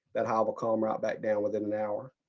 that hive will calm right back down within an hour.